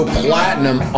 platinum